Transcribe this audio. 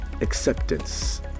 acceptance